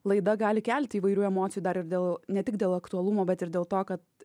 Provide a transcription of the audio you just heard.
laida gali kelti įvairių emocijų dar ir dėl ne tik dėl aktualumo bet ir dėl to kad